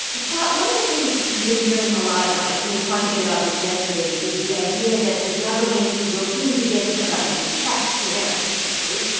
scott, one of the things we've been hearing a lot about and, you know, we talked a bit about this yesterday is the idea that the government will soon begin providing checks to americans potentially.